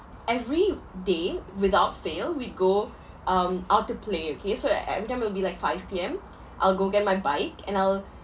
every day without fail we'd go um out to play okay so like ev~ every time will be like five P_M I'll go get my bike and I'll